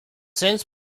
since